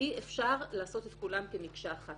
אי אפשר לעשות את כולן כמקשה אחת.